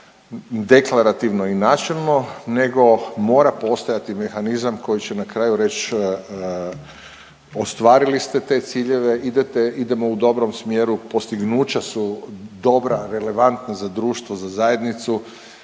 ne samo deklarativno i načelno nego mora postojati mehanizam koji će na kraju reći ostvarili ste te ciljeve, idete, idemo u dobrom smjeru, postignuća su dobra, relevantna za društvo, za zajednicu,